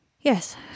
Yes